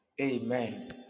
Amen